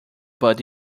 but